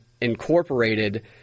incorporated